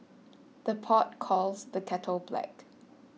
the pot calls the kettle black